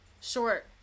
short